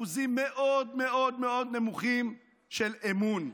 אחוזים מאוד מאוד נמוכים של אמון.